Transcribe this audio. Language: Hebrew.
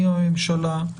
עם הממשלה,